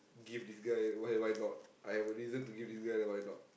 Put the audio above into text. give this guy why why not I have a reason to give this guy then why not